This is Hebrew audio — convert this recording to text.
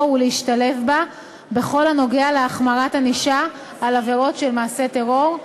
ולהשתלב בה בכל הנוגע להחמרת ענישה על עבירות של מעשי טרור.